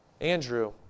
Andrew